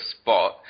spot